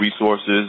resources